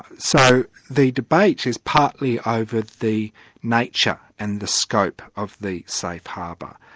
so the debate is partly over the nature and the scope of the safe harbour,